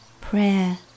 prayer